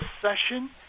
session